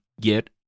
get